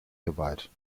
geweiht